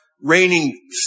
raining